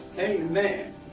amen